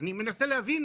אני מנסה להבין